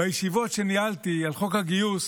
בישיבות שניהלתי על חוק הגיוס